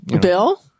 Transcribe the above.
Bill